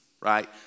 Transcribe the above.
right